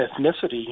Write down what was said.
ethnicity